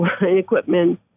equipment